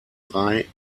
drei